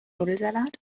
nudelsalat